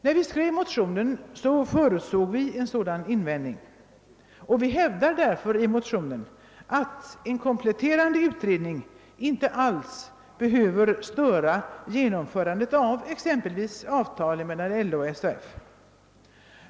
När vi skrev motionsparet förutsåg vi en sådan invändning, och vi underströk därför att en kompletterande utredning inte alls behöver störa exempelvis slutandet av avtal mellan LO och SAF.